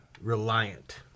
reliant